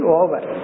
over